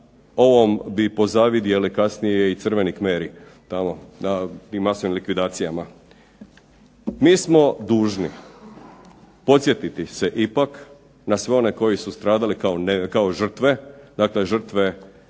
ovom bi pozavidjeli kasnije i crveni kmeri tamo na tim masovnim likvidacijama. Mi smo dužni podsjetiti se ipak na sve one koji su stradali kao žrtve, dakle žrtve